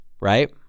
right